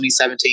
2017